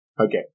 Okay